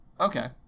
Okay